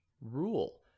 rule